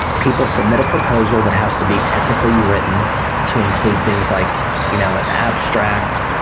people submit a proposal that has to be technically written to include things like you know abstract,